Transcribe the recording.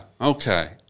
Okay